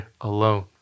alone